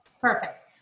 perfect